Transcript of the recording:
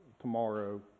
tomorrow